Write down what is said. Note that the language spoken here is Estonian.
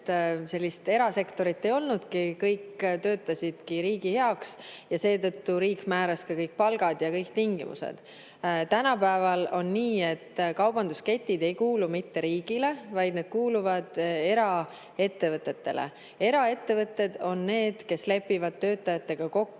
sellist erasektorit ei olnudki – kõik töötasidki riigi heaks ja seetõttu riik määras ka kõik palgad ja kõik tingimused. Tänapäeval on nii, et kaubandusketid ei kuulu mitte riigile, vaid need kuuluvad eraettevõtetele. Eraettevõtted on need, kes lepivad töötajatega kokku